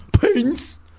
Pins